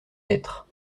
lettres